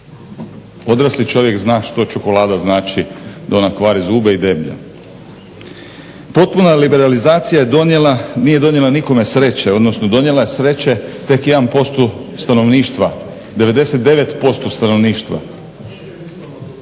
Odrasli čovjek zna što čokolada znači, da ona kvari zube i deblja. Potpuna liberalizacija je donijela nije donijela nikome sreće, odnosno donijela je sreće tek 1% stanovništva, 99% stanovništva